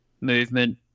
movement